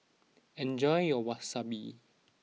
enjoy your Wasabi